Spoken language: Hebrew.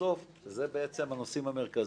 בסדר, אבל בסוף אלה הנושאים המרכזיים.